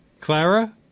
Clara